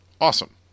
Awesome